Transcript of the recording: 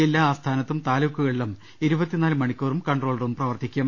ജില്ലാ ആസ്ഥാനത്തും താലൂക്കുകളിലും ഇരുപത്തിനാല് മണിക്കൂറും കൺട്രോൾ റൂം പ്രവർത്തിക്കും